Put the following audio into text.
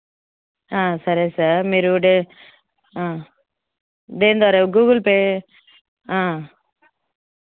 సరే సార్ మీరు డే దేని ద్వారా గూగుల్ పే